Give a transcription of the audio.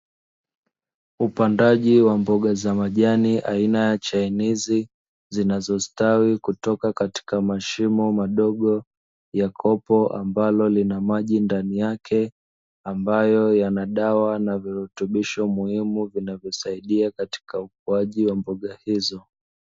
Upandaji wa mboga za majani aina ya chainizi, zanazostawi kutoka katika mashimo madogo ya kopo ambalo lina maji ndani yake. Ambayo yana dawa na virutubisho muhimu vinavyosaidia katika ukuaji wa mboga hizo.